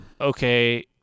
okay